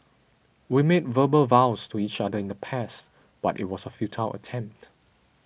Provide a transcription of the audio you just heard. we made verbal vows to each other in the past but it was a futile attempt